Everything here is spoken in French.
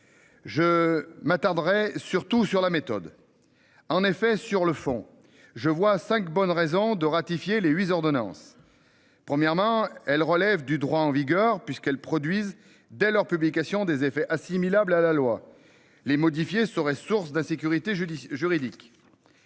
Je m'attarderai surtout sur la méthode. En effet, sur le fond je vois 5 bonnes raisons de ratifier les huit ordonnance. Premièrement, elle relève du droit en vigueur, puisqu'elles produisent dès leur publication des effets assimilable à la loi, les modifier serait source d'insécurité juridique.